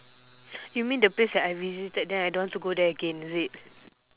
you mean the place that I visited then I don't want to go there again is it